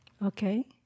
Okay